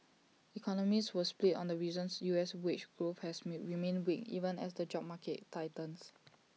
economists were split on the reasons U S wage growth has mean remained weak even as the job market tightens